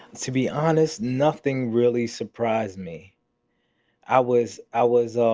to be honest, nothing really surprised me i was. i was ah